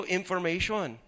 information